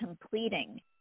completing